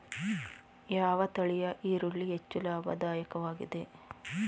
ಯಾವ ತಳಿಯ ಈರುಳ್ಳಿ ಹೆಚ್ಚು ಲಾಭದಾಯಕವಾಗಿದೆ?